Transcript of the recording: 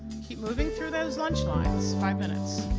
keep moving through those lunch lines. five minutes.